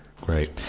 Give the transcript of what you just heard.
great